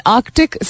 Arctic